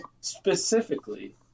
specifically